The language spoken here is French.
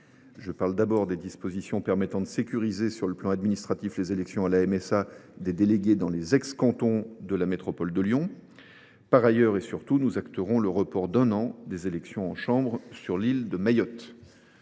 Je parle d’abord des dispositions permettant de sécuriser sur le plan administratif les élections à la MSA des délégués dans les ex cantons de la métropole de Lyon. Par ailleurs, et surtout, nous acterons le report d’un an des élections de la chambre d’agriculture de Mayotte.